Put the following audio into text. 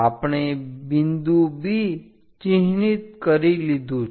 આપણે બિંદુ B ચિહ્નિત કરી લીધું છે